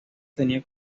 tenía